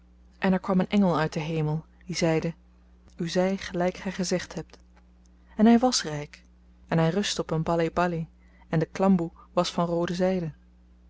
en er kwam een engel uit den hemel die zeide u zy gelyk gy gezegd hebt en hy wàs ryk en hy rustte op een baleh-baleh en de klamboe was van roode zyde